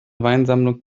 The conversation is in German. weinsammlung